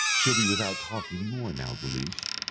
she'll be without talk any more now, guleesh,